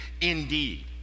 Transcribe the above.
indeed